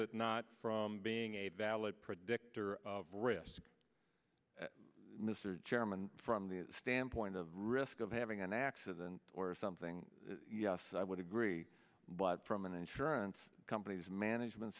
it not from being a valid predictor of risk mr chairman from the standpoint of risk of having an accident or something yes i would agree but from an insurance company's management